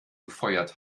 gefeuert